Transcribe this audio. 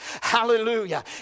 Hallelujah